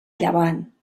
llevant